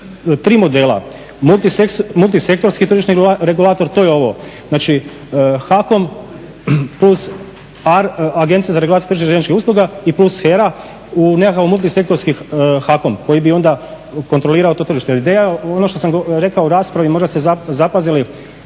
tri modela – multisektorski tržišni regulator, to je ovo znači HAKOM plus Agencija za regulaciju tržišta željezničkih usluga i plus HERA u nekakav multisektorski HAKOM koji bi onda kontrolirao to tržište. Ali ideja, ono što sam rekao u raspravi možda ste zapazili,